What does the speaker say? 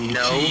no